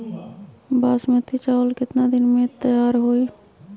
बासमती चावल केतना दिन में तयार होई?